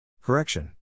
Correction